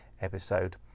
episode